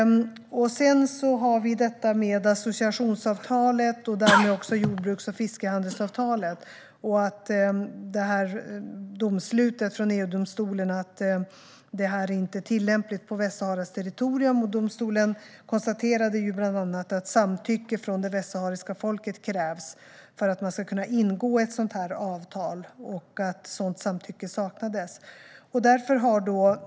Den andra kommentaren är till detta med associationsavtalet och därmed också jordbruks och fiskehandelsavtalet och domslutet från EU-domstolen att det här inte är tillämpligt på Västsaharas territorium. Domstolen konstaterade ju bland annat att samtycke från det västsahariska folket krävs för att man ska kunna ingå ett sådant avtal och att sådant samtycke saknades.